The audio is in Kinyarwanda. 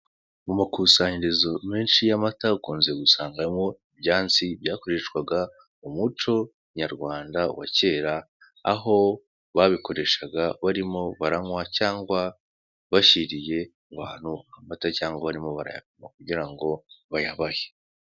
Mu makusanyirizo menshi y'amata ukunze gusangamo ibyansi byakoreshwaga mu muco nyarwanda wa kera aho babikoreshaga barimo baranywa cyangwa bashyiriye abantu ahantu hari amata cyangwa barimo barapima kugira ngo bayabahe.